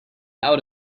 out